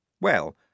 Well